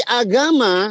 agama